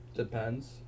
Depends